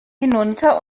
hinunter